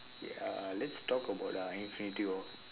ya uh let's talk about uh infinity war